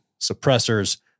suppressors